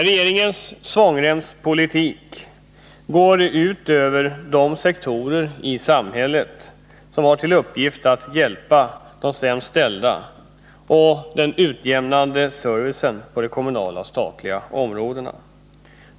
Regeringens svångremspolitik går ut över de sektorer i samhället som har till uppgift att hjälpa de sämst ställda och den utjämnande servicen på de kommunala och statliga områdena.